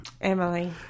Emily